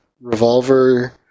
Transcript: revolver